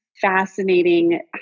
fascinating